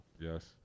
Yes